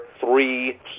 three